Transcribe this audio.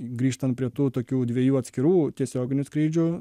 grįžtant prie tų tokių dviejų atskirų tiesioginių skrydžių